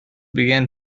began